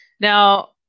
Now